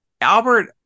albert